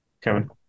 kevin